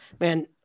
man